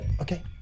okay